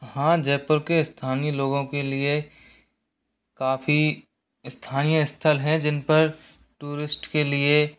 हाँ जयपुर के स्थानीय लोगों के लिए काफ़ी स्थानीय स्थल हैं जिन पर टूरिस्ट के लिए